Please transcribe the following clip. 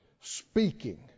speaking